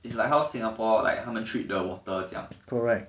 it's like how singapore like 他们 treat the water 这样